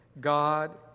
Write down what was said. God